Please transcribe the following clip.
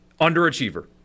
underachiever